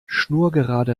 schnurgerade